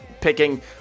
picking